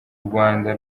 rwanda